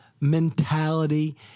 mentality